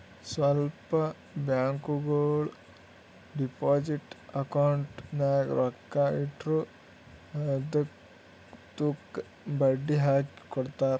ಸ್ವಲ್ಪ ಬ್ಯಾಂಕ್ಗೋಳು deposit account ನಾಗ್ ರೊಕ್ಕಾ ಇಟ್ಟುರ್ ಅದ್ದುಕ ಬಡ್ಡಿ ಹಾಕಿ ಕೊಡ್ತಾರ್